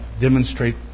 demonstrate